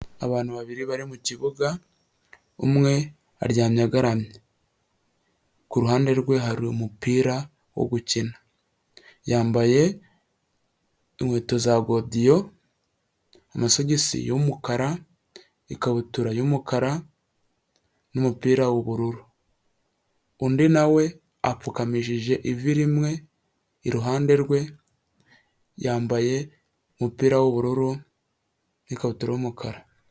Abantu babiri bari mu kibuga umwe aryamye agaramye, ku ruhande rwe hari umupira wo gukina. Yambaye inkweto za godiyo, amasogisi y'umukara, ikabutura y'umukara n'umupira w'ubururu, undi na we apfukamishije ivi rimwe iruhande rwe, yambaye umupira w'ubururu n'ikabutura y'umukara.